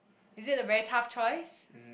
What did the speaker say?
is it a very tough choice